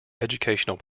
educational